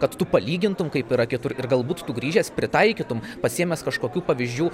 kad tu palygintum kaip yra kitur ir galbūt tu grįžęs pritaikytum pasiėmęs kažkokių pavyzdžių